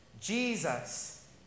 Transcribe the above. Jesus